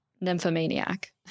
Nymphomaniac